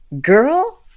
girl